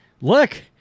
look